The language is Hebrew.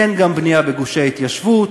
אין גם בנייה בגושי ההתיישבות,